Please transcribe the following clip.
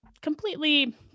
completely